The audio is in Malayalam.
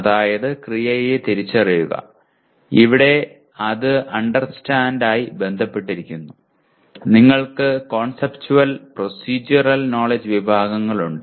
അതായത് ക്രിയയെ തിരിച്ചറിയുക ഇവിടെ അത് അണ്ടർസ്റ്റാൻഡ്മായി ബന്ധപ്പെട്ടിരിക്കുന്നു നിങ്ങൾക്ക് കോൺസെപ്റ്റുവൽ പ്രോസെഡ്യൂറൽ നോലെഡ്ജ് വിഭാഗങ്ങളുണ്ട്